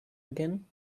again